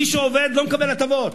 מי שעובד, לא מקבל הטבות,